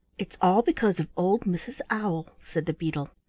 it's all because of old mrs. owl, said the beetle.